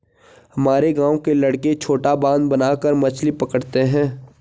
हमारे गांव के लड़के छोटा बांध बनाकर मछली पकड़ते हैं